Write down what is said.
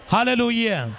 Hallelujah